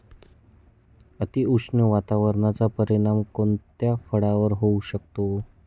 अतिउष्ण वातावरणाचा परिणाम कोणत्या फळावर होऊ शकतो?